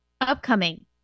upcoming